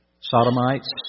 sodomites